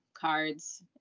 cards